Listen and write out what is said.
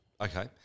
Okay